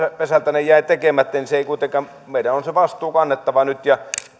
konkurssipesältä ne jäivät tekemättä niin meidän on se vastuu kannettava nyt ja